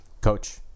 Coach